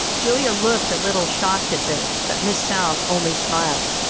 julia looked a little shocked at this, but miss south only smiled.